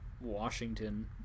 Washington